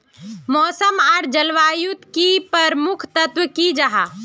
मौसम आर जलवायु युत की प्रमुख तत्व की जाहा?